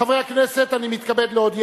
חברי הכנסת, אני מתכבד להודיע